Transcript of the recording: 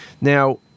Now